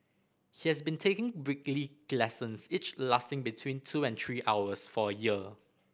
he has been taking weekly lessons each lasting between two and three hours for a year